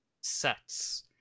sets